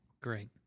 Great